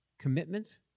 commitment